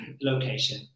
location